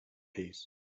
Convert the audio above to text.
peace